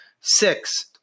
Six